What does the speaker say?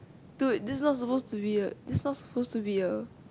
dude that's not suppose to be a that's not suppose to be a